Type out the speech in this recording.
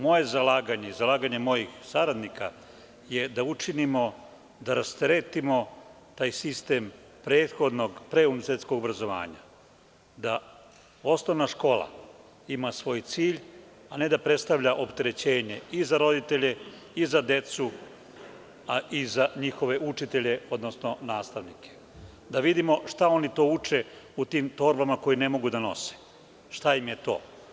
Moje zalaganje i zalaganje mojih saradnika je da učinimo da rasteretimo taj sistem prethodnog pre univerzitetskog obrazovanja, da osnovna škola ima svoj cilj, a ne da predstavlja opterećenje i za roditelje i za decu, a i za njihove učitelje, odnosno nastavnike i da vidimo šta oni to uče u tim torbama koje ne mogu da nose, šta im je to.